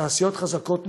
תעשיות חזקות נכנסות.